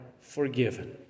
forgiven